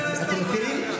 אתם מסירים?